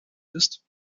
ist